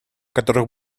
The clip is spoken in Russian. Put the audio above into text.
которых